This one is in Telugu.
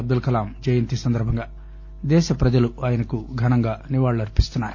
అబ్దుల్ కలాం జయంతి సందర్భంగా దేశ ప్రజలు ఆయనకు ఘనంగా నివాళులర్పిస్తున్నారు